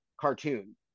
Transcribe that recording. cartoon